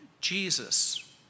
Jesus